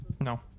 No